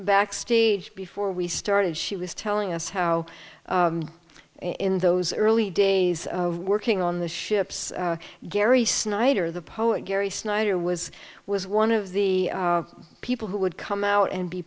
backstage before we started she was telling us how in those early days of working on the ships gary snyder the poet gary snyder was was one of the people who would come out and be